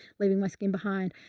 leaving my skin behind.